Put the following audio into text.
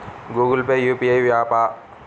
Google Pay UPI య్యాపా?